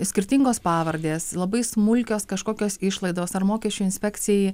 skirtingos pavardės labai smulkios kažkokios išlaidos ar mokesčių inspekcijai